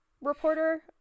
reporter